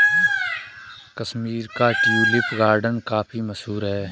कश्मीर का tulip garden काफी मशहूर है